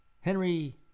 Henry